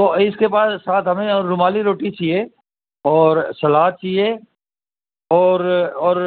تو اس کے بعد ساتھ ہمیں اور رومالی روٹی چاہیے اور سلاد چاہیے اور اور